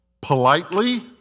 politely